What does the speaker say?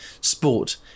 sport